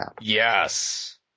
Yes